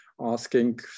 asking